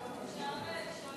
אפשר לשאול שאלה?